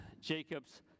Jacob's